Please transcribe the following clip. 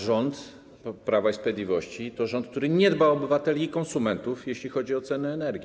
Rząd Prawa i Sprawiedliwości to rząd, który nie dba o obywateli i konsumentów, jeśli chodzi o ceny energii.